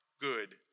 good